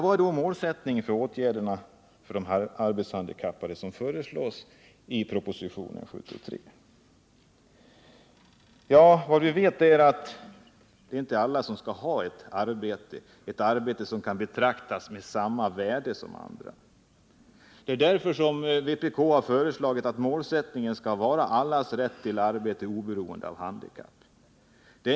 Vilken är då målsättningen för de åtgärder för de arbetshandikappade som föreslås i proposition nr 73? Ja, vi vet att det inte är att alla skall ha ett arbete, ett arbete som betraktas som lika värdefullt som andra. Det är därför vpk-förslaget har målsättningen allas rätt till arbete oberoende av handikapp.